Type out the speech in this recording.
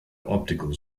optical